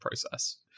process